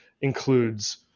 includes